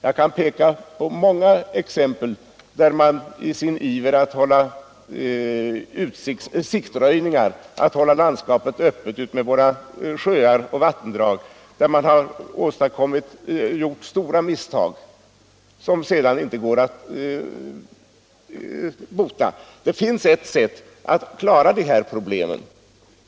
Jag kan peka på många exempel där man i sin iver att hålla landskapet öppet utmed våra sjöar och vattendrag har begått stora misstag som sedan inte går att bota. Det finns ett sätt att klara dessa problem.